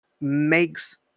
makes